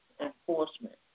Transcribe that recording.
enforcement